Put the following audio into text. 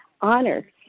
honor